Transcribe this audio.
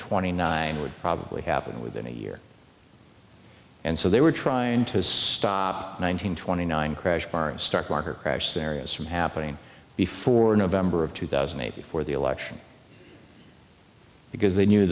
twenty nine would probably happen within a year and so they were trying to stop one hundred twenty nine crash stock market crash scenarios from happening before november of two thousand and eight before the election because they knew